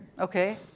Okay